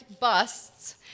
busts